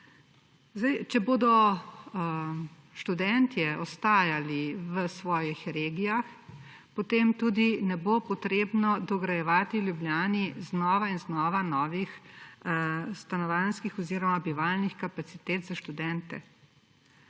Če bodo študentje ostajali v svojih regijah, potem tudi ne bo treba dograjevati v Ljubljani znova in znova novih stanovanjskih oziroma bivalnih kapacitet za študente.